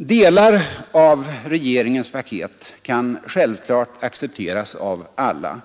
Delar av regeringens paket kan självfallet accepteras av alla.